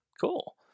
Cool